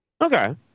Okay